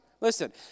Listen